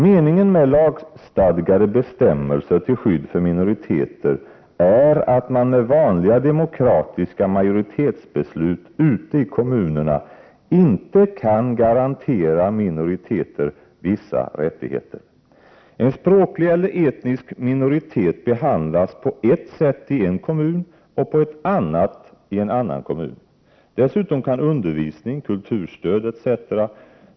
Meningen med lagstadgade bestämmelser till skydd för minoriteter är att man med vanliga demokratiska majoritetsbeslut ute i kommunerna inte kan garantera minoriteter vissa rättigheter. En språklig eller etnisk minoritet behandlas på ett sätt i en kommun och på ett annat sätt i en annan kommun. Dessutom kan undervisning, kulturstöd etc.